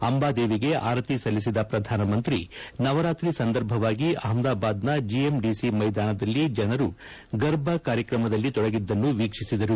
ಅಂಬಾದೇವಿಗೆ ಆರತಿ ಸಲ್ಲಿಸಿದ ಪ್ರಧಾನಮಂತ್ರಿ ನವರಾತ್ರಿ ಸಂದರ್ಭವಾಗಿ ಅಹಮದಾಬಾದ್ನ ಜಿಎಂಡಿಸಿ ಮ್ವೆದಾನದಲ್ಲಿ ಜನರು ಗರ್ಬ ಕಾರ್ಯಕ್ರಮದಲ್ಲಿ ತೊಡಗಿದ್ದನ್ನು ವೀಕ್ಷಿಸಿದರು